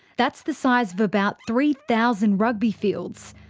that's the size of about three thousand rugby fields.